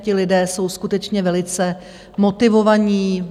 Ti lidé jsou skutečně velice motivovaní.